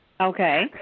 Okay